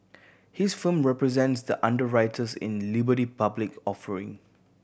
his firm represents the underwriters in Liberty public offering